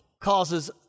causes